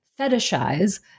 fetishize